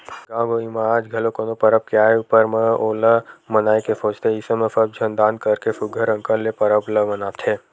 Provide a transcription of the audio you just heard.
गाँव गंवई म आज घलो कोनो परब के आय ऊपर म ओला मनाए के सोचथे अइसन म सब झन दान करके सुग्घर अंकन ले परब ल मनाथे